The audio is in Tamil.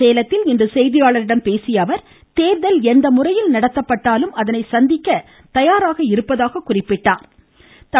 சேலத்தில் இன்று செய்தியாளர்களிடம் பேசிய அவர் தேர்தல் எந்த முறையில் நடத்தப்பட்டாலும் அதனை சந்திக்க தயாராக இருப்பதாக குறிப்பிட்டார்